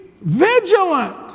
vigilant